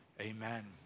amen